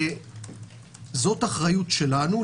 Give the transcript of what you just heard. זו האחריות שלנו,